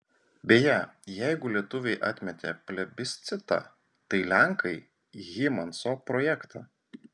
beje jeigu lietuviai atmetė plebiscitą tai lenkai hymanso projektą